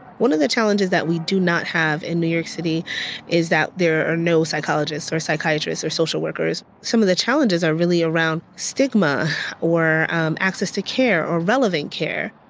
one of the challenges that we do not have in new york city is that there are no psychologists or psychiatrists or social workers. some of the challenges are really around stigma or access to care or relevant care.